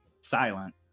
Silent